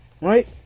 Right